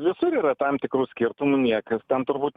visur yra tam tikrų skirtumų niekas ten turbūt